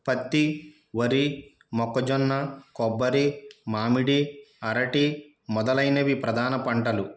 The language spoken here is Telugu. పత్తి వరి మొక్కజొన్న కొబ్బరి మామిడి అరటి మొదలైనవి ప్రధాన పంటలు